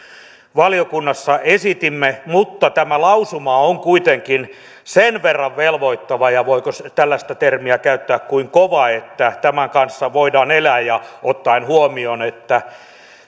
valiokunnassa esitimme mutta tämä lausuma on kuitenkin sen verran velvoittava ja voiko tällaista termiä käyttää kuin kova että tämän kanssa voidaan elää ottaen huomioon että